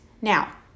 Now